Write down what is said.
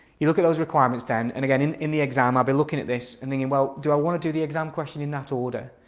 you look at those requirements then and again in in the exam i'll be looking at this and thinking well, do i want to do the exam question in that order?